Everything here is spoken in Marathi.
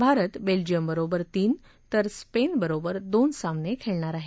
भारत बेल्जियम बरोबर तीन तर स्पेन बरोबर दोन सामने खेळणार आहे